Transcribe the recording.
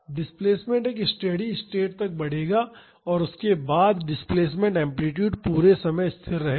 displacement एक steady state तक बढ़ेगा और उसके बाद डिस्प्लेस्मेंट एम्पलीटूड पूरे समय स्थिर रहेगा